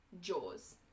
Jaws